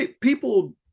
people